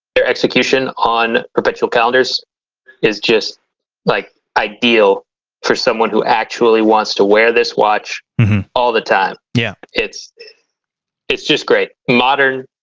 execution on perpetual calendars is just like ideal for someone who actually wants to wear this watch all the time yeah it's it's just great modern